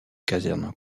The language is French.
casernes